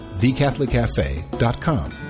TheCatholicCafe.com